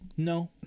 No